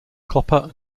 copper